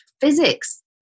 physics